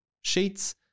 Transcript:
sheets